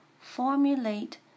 formulate